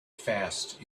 fast